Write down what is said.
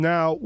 Now